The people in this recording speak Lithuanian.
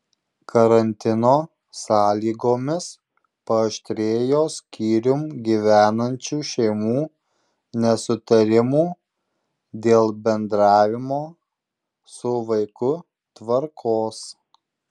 karantino sąlygomis paaštrėjo skyrium gyvenančių šeimų nesutarimų dėl bendravimo su vaiku tvarkos